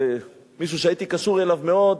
זה מישהו שהייתי קשור אליו מאוד,